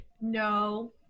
No